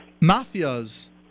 Mafia's